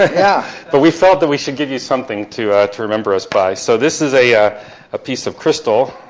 ah yeah but we felt that we should give you something to to remember us by, so this is a yeah a piece of crystal,